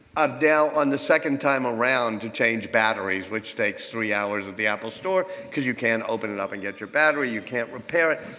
i'm now on the second time around to change batteries which takes three hours at the apple store because you can't open it up and get your battery. you can't repair it.